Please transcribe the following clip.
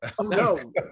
No